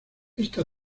esta